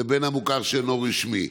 לבין המוכר שאינו רשמי?